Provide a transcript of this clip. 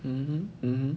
mmhmm mmhmm